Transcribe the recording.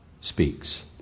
speaks